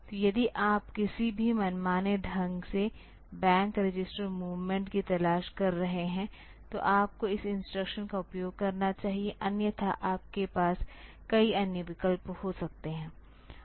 तो यदि आप किसी भी मनमाने ढंग से बैंक रजिस्टर मूवमेंट की तलाश कर रहे हैं तो आपको इस इंस्ट्रक्शन का उपयोग करना चाहिए अन्यथा आपके पास कई अन्य विकल्प हो सकते हैं